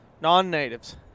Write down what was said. non-natives